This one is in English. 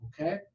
okay